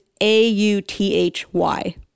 A-U-T-H-Y